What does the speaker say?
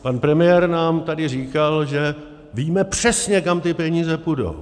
Pan premiér nám tady říkal, že víme přesně, kam ty peníze půjdou.